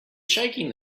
shaking